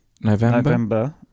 November